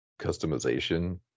customization